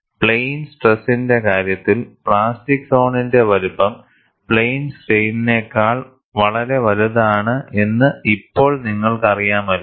plain സ്ട്രെസ്സിന്റെ കാര്യത്തിൽ plastic സോണിന്റെ വലുപ്പം പ്ലെയിൻ സ്ട്രെയിനിനേക്കാൾ വളരെ വലുതാണ് എന്ന് ഇപ്പോൾ നിങ്ങൾക്കറിയാമല്ലോ